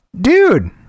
dude